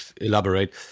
elaborate